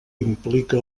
implica